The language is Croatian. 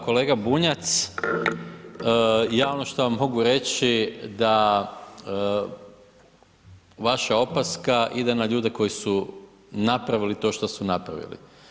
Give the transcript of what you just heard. Kolega Bunjac ja ono što vam mogu reći da vaša opaska ide na ljude koji su napravili to što su napravili.